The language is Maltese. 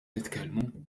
nitkellmu